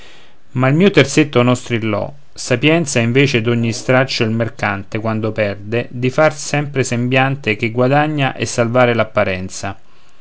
ma il mio terzetto non strillò sapienza è invece d'ogni straccio di mercante quando perde di far sempre sembiante che guadagna e salvare